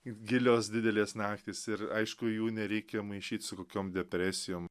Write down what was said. gilios didelės naktys ir aišku jų nereikia maišyt su kokiom depresijom